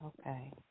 Okay